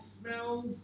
smells